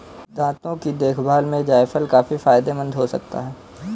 दांतों की देखभाल में जायफल काफी फायदेमंद हो सकता है